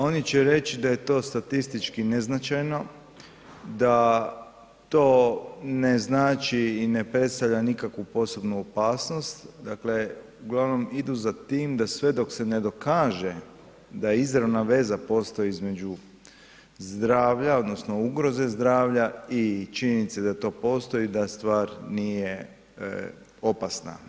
Oni će reći da je to statistički neznačajno, da to ne znači i predstavlja nikakvu posebnu opasnost, dakle uglavnom idu za tim da sve dok se ne dokaže da izravna veza postoji između zdravlja odnosno ugroze zdravlja i činjenice da to postoji da stvar nije opasna.